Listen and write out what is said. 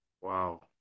Wow